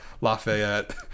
Lafayette